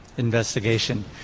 Investigation